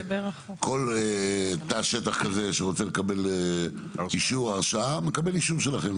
כל תא שטח כזה שרוצה לקבל אישור או הרשאה מקבל אישור שלכם,